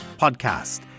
podcast